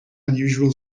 unusual